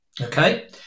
Okay